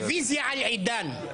רביזיה על עידן.